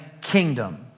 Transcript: kingdom